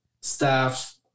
staff